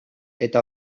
eta